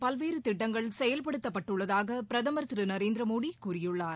பல்வேறு திட்டங்கள் செயல்படுத்தப்பட்டுள்ளதாக பிரதமர் திரு நரேந்திரமோடி கூறியுள்ளார்